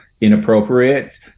inappropriate